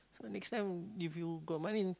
so next time if you got money